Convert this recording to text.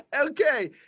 Okay